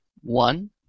One